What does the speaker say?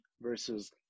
versus